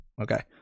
Okay